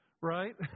right